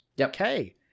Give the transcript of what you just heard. okay